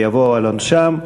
ויבואו על עונשם.